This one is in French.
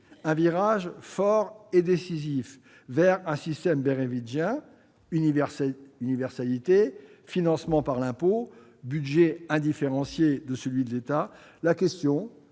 un virage fort et décisif vers le système beveridgien- universalité, financement par l'impôt, budget indifférencié de celui de l'État